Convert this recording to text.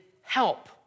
help